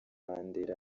mandela